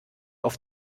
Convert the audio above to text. auf